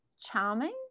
charming